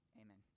Amen